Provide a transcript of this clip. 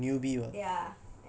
err terrified